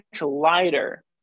lighter